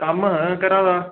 कम्म करा दा